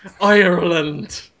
Ireland